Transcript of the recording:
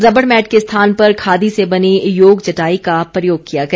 रबड़ मैट के स्थान पर खादी से बनी योग चटाई का प्रयोग किया गया